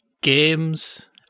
games